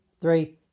three